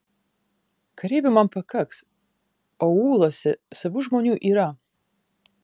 kareivių man pakaks aūluose savų žmonių yra